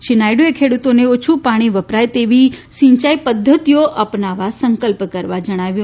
શ્રી નાયડુએ ખેડૂતોને ઓછું પાણી વપરાય તેની સિંચાઈ પધ્ધતિઓ અપનાવવા સંકલ્પ કરવા જણાવ્યું